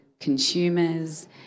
consumers